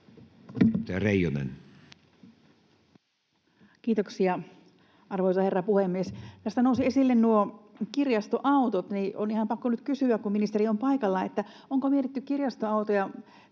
Kiitoksia, arvoisa herra puhemies! Kun tässä nousivat esille kirjastoautot, niin on ihan pakko nyt kysyä, kun ministeri on paikalla, onko mietitty kirjastoautoja